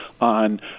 on